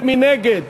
מי נגד?